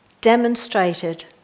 demonstrated